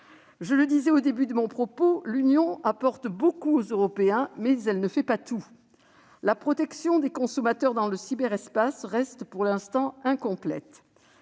Je le disais au début de mon propos, l'Union apporte beaucoup aux Européens, mais elle ne fait pas tout. La protection des consommateurs dans le cyberespace reste pour l'instant incomplète.